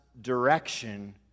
direction